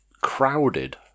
crowded